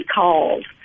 called